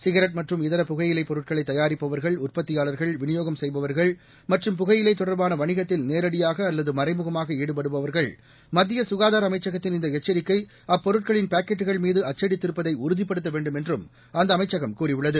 cigarette மற்றும் இதர புகையிலைப் பொருட்களை தயாரிப்பவர்கள் உற்பத்தியாளர்கள் விநியோகம் செய்பவர்கள் மற்றும் புகையிலை தொடர்பான வணிகத்தில் நேரடியாக அல்லது மறைமுகமாக ஈடுபடுபவர்கள் மத்திய குகாதார அமைச்சகத்தின் இந்த எச்சரிக்கை அப்பொருட்களின் பாக்கெட்டுகள்மீது அச்சடித்திருப்பதை உறுதிப்படுத்த வேண்டும் என்றும் அந்த அமைச்சகம் கூறியுள்ளது